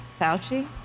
Fauci